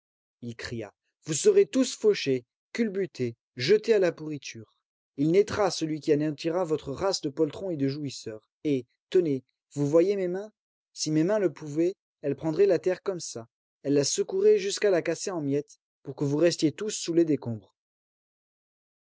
il cria vous serez tous fauchés culbutés jetés à la pourriture il naîtra celui qui anéantira votre race de poltrons et de jouisseurs et tenez vous voyez mes mains si mes mains le pouvaient elles prendraient la terre comme ça elles la secoueraient jusqu'à la casser en miettes pour que vous restiez tous sous les décombres